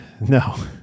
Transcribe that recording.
No